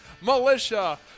Militia